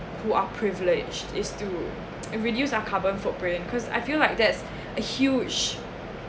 who are privileged is to and reduce our carbon footprint because I feel like that's a huge